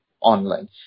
online